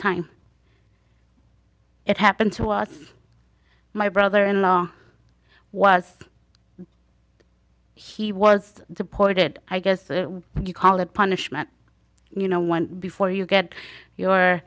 time it happened to us my brother in law was he was deported i guess you call it punishment you know one before you get your